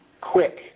quick